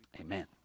amen